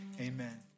Amen